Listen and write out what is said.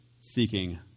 seeking